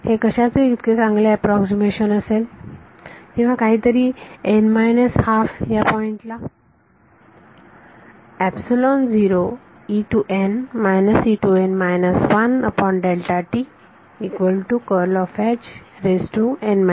हे कशाचे इतके चांगले अॅप्रॉक्सीमेशन असेल किंवा काहीतरी n 12 ह्या पॉइंट ला